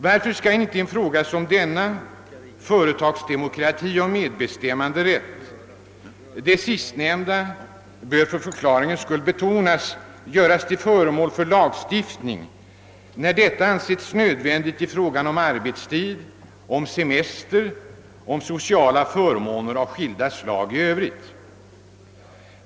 Varför skulle inte en fråga som denna — frågan om företagsdemokrati och medbestämmanderätt, det sista ordet bör för klarhetens skull betonas — göras till föremål för lagstiftning när detta har ansetts nödvändigt i fråga om arbetstid, semester och sociala förmåner av skilda slag i övrigt?